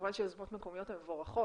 כמובן שיוזמות מקומיות הן מבורכות,